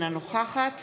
אינה נוכחת